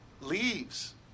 leaves